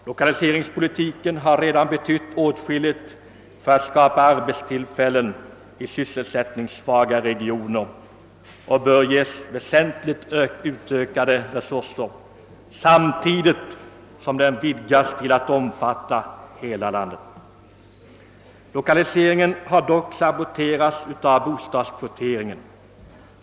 Lokaliseringspolitiken har redan betytt åtskilligt för att skapa arbetstillfällen i sysselsättningssvaga regioner och bör ges väsentligt utökade resurser samtidigt som den vidgas till att omfatta hela landet. Lokaliseringen har dock saboterats av bostadskvoteringen.